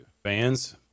Fans